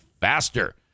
faster